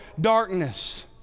darkness